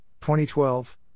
2012